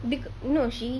because~ no she